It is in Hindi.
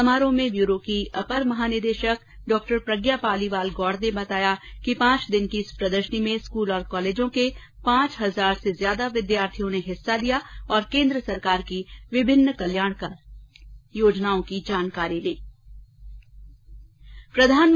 समारोह में ब्यूरो की अपर महानिदेशक डॉ प्रज्ञा पालीवाल गोड़ ने बताया कि पांच दिन की इस प्रदर्शनी में स्कूल और कॉलेजों के पांच हजार से ज्यादा विद्यार्थियों ने हिस्सा लिया और केन्द्र सरकार की विभिन्न कल्याणकारी योजनाओं की जानकारी ली